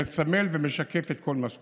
שמסמל ומשקף את כל מה שקורה.